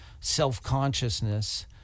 self-consciousness